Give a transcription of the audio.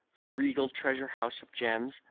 the regal treasure-house of gems,